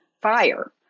fire